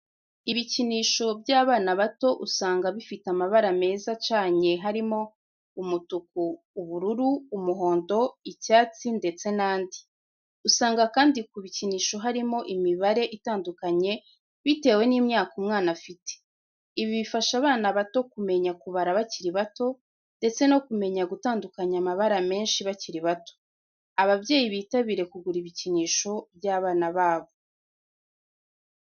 Ibikinisho by'abana bato usanga bifite amabara meza acanye harimo: umutuku, ubururu, umuhondo, icyatsi, ndetse n'andi. Usanga kandi ku ibikinisho harimo imibare itandukanye bitewe n'imyaka umwana afite. Ibi bifasha abana bato kumenya kubara bakiri bato, ndetse no kumenya gutandukanya amabara menshi bakiri bato. Ababyeyi bitabire kugura ibikinisho by'abana babo.